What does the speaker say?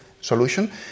solution